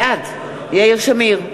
בעד יאיר שמיר,